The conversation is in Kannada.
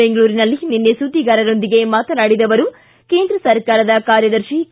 ಬೆಂಗಳೂರಿನಲ್ಲಿ ನಿನ್ನೆ ಸುದ್ದಿಗಾರರೊಂದಿಗೆ ಮಾತನಾಡಿದ ಅವರು ಕೇಂದ್ರ ಸರ್ಕಾರದ ಕಾರ್ಯದರ್ಶಿ ಕೆ